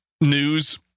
News